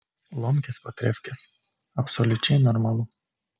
lomkės po trefkės absoliučiai normalu